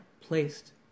placed